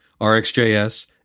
RxJS